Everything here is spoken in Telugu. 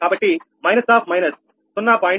కాబట్టి మైనస్ ఆఫ్ మైనస్ 0